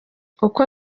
uko